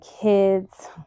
kids